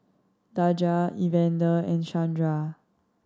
Daja Evander and Shandra